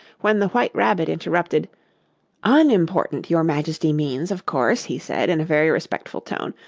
when the white rabbit interrupted unimportant, your majesty means, of course he said in a very respectful tone,